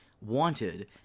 wanted